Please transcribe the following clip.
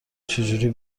چجوری